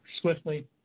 swiftly